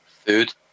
Food